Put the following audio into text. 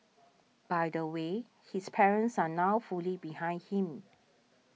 by the way his parents are now fully behind him